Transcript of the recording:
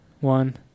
one